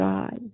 God